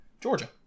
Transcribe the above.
Georgia